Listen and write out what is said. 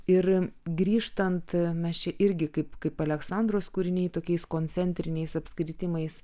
ir grįžtant mes čia irgi kaip kaip aleksandros kūriniai tokiais koncentriniais apskritimais